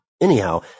Anyhow